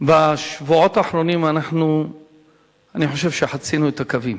בשבועות האחרונים אני חושב שחצינו את הקווים.